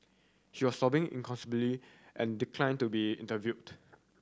she was sobbing inconsolably and declined to be interviewed